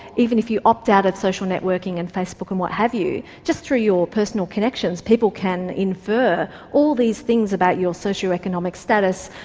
even if you opt out of social networking and facebook and what have you, just through your personal connections people can infer all these things about your socioeconomic status,